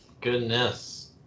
goodness